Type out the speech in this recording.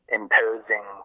imposing